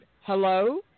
Hello